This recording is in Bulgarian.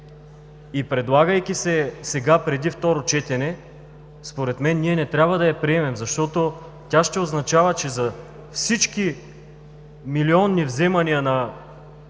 Предлагайки се сега, преди второ четене, според мен не трябва да я приемем, защото ще означава, че всички милионни вземания,